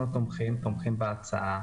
אנחנו תומכים בהצעה.